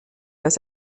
das